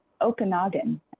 Okanagan